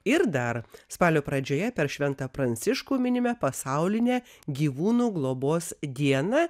ir dar spalio pradžioje per šventą pranciškų minime pasaulinę gyvūnų globos dieną